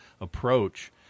approach